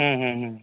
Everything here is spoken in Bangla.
হুম হুম হুম